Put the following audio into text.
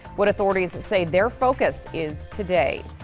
what authorities say their focus is today.